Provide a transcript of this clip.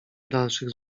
dalszych